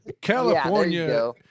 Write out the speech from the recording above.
California